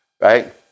right